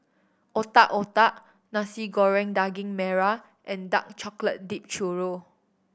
Otak Otak Nasi Goreng Daging Merah and dark chocolate dipped churro